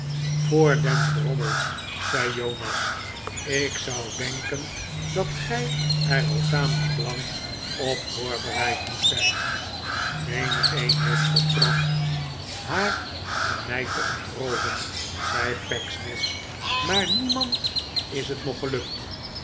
voor den drommel zei jonas ik zou denken dat gij er al tamelijk lang op voorbereid moet zijn menigeen heeft getracht haar aan mij te ontrooven zei pecksniff maar niemand is het nog gelukt